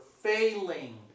failing